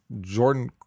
Jordan